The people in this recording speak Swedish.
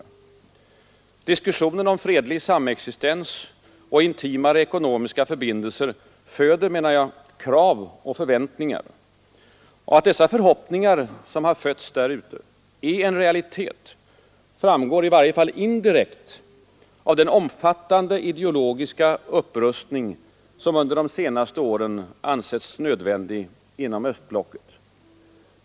Diskussionen om fredlig samexistens och intimare ekonomiska förbindelser föder, menar jag, krav och förväntningar. Att dessa förhoppningar, som har fötts där ute, är en realitet framgår i varje fall indirekt av den omfattande ideologiska upprustning som under de senaste åren ansetts nödvändig inom östblocket.